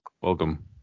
welcome